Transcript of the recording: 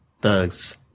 Thugs